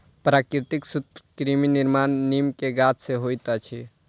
प्राकृतिक सूत्रकृमि के निर्माण नीम के गाछ से होइत अछि